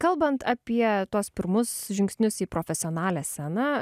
kalbant apie tuos pirmus žingsnius į profesionalią sceną